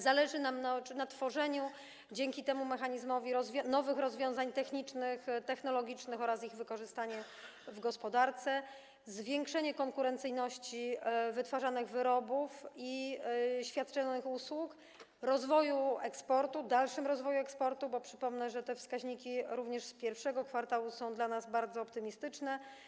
Zależy nam na tworzeniu dzięki temu mechanizmowi nowych rozwiązań technicznych, technologicznych oraz na ich wykorzystaniu w gospodarce, zwiększeniu konkurencyjności wytwarzanych wyrobów i świadczonych usług, rozwoju eksportu, dalszym rozwoju eksportu, bo przypomnę, że te wskaźniki za I kwartał również są dla nas bardzo optymistyczne.